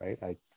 right